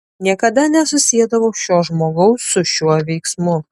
niekada nesusiedavau šio žmogaus su šiuo veiksmu